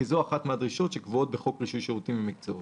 כי זה אחת הדרישות שקבועות בחוק רישוי שירותים ומקצועות.